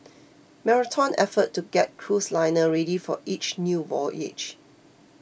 marathon effort to get cruise liner ready for each new voyage